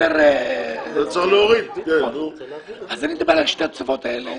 אני מדבר על שתי התוספות האלה.